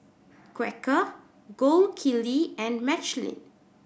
Quaker Gold Kili and Michelin